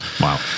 Wow